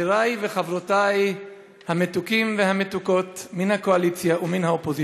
חברי וחברותי המתוקים והמתוקות מן הקואליציה ומן האופוזיציה,